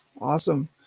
Awesome